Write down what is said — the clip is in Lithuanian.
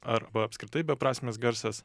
arba apskritai beprasmis garsas